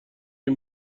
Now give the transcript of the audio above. این